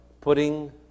putting